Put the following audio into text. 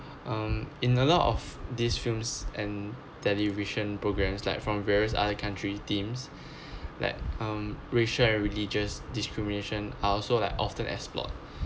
um in a lot of these films and television programs like from various other country teams like um racial and religious discrimination are also like often explored